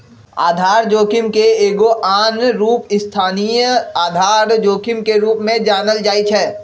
आधार जोखिम के एगो आन रूप स्थानीय आधार जोखिम के रूप में जानल जाइ छै